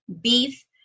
beef